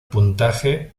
puntaje